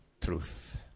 truth